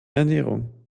ernährung